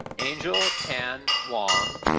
angel tan wong,